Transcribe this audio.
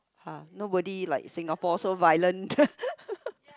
!huh! nobody like Singapore so violent